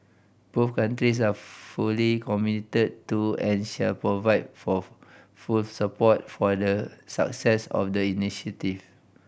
both countries are fully committed to and shall provide for full support for the success of the initiative